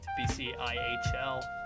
BCIHL